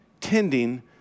tending